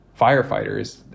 firefighters